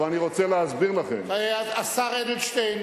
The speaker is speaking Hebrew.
אבל אני רוצה להסביר לכם, השר אדלשטיין.